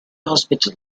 hospital